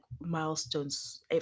milestones